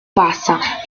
passa